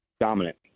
Dominant